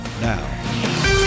now